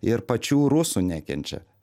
ir pačių rusų nekenčia